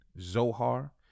Zohar